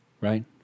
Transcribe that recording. right